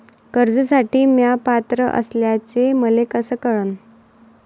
कर्जसाठी म्या पात्र असल्याचे मले कस कळन?